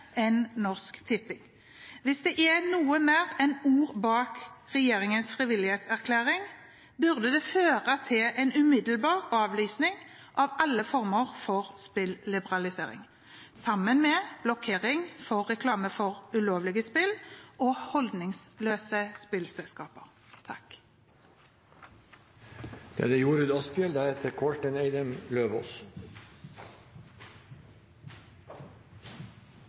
enn Norsk Tipping. Hvis det er noe mer enn ord bak regjeringens frivillighetserklæring, burde det føre til en umiddelbar avlysning av alle former for spilliberalisering sammen med blokkering for reklame for ulovlige spill og holdningsløse spillselskaper.